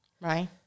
Right